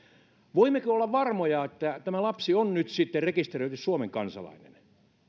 voimmeko olla varmoja että tämä lapsi on nyt sitten rekisteröity suomen kansalainen